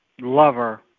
Lover